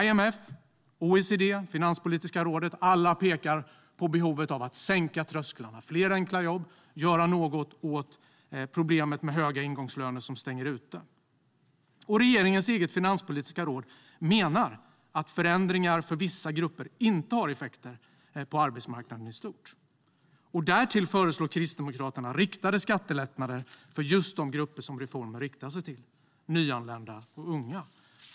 IMF, OECD, Finanspolitiska rådet - alla pekar på behovet av att sänka trösklarna, av fler enkla jobb och av att man ska göra något åt problemet med höga ingångslöner som stänger ute människor. Regeringens eget finanspolitiska råd menar att förändringar för vissa grupper inte har effekter på arbetsmarknaden i stort. Därför föreslår Kristdemokraterna riktade skattelättnader för just de grupper som reformen riktar sig till, nyanlända och unga.